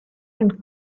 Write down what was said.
and